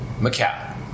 Macau